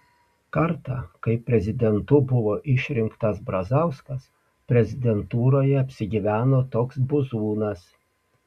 kartą kai prezidentu buvo išrinktas brazauskas prezidentūroje apsigyveno toks buzūnas